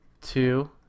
two